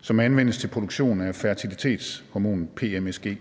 som anvendes til produktion af fertilitetshormonet PMSG.